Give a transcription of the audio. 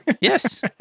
Yes